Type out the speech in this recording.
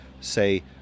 say